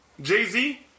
Jay-Z